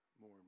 more